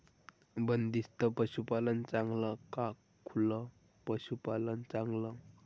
बंदिस्त पशूपालन चांगलं का खुलं पशूपालन चांगलं?